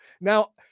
Now